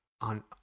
on